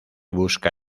busca